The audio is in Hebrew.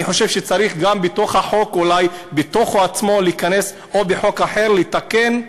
אני חושב שצריך גם בחוק, או בחוק אחר, לתקן,